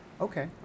Okay